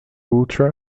ultra